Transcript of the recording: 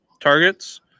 targets